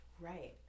Right